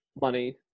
money